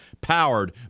powered